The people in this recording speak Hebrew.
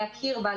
להכיר בה,